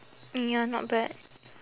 mm ya not bad